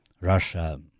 Russia